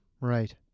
Right